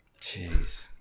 Jeez